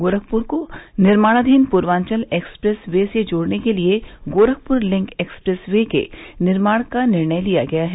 गोरखपुर को निर्माणधीन Purvanchal express way से जोड़ने के लिये गोरखपुर लिंक एक्सप्रेस वे के निर्माण का निर्णय लिया गया है